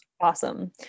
Awesome